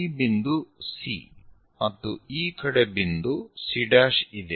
ಈ ಬಿಂದು C ಮತ್ತು ಈ ಕಡೆ ಬಿಂದು C ಇದೆ